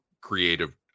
creative